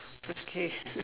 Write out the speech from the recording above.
okay